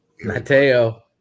Mateo